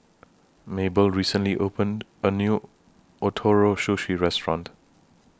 Mable recently opened A New Ootoro Sushi Restaurant